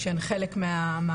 שהן חלק מהמהלך.